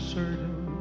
certain